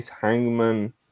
hangman